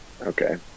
Okay